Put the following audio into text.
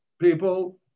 people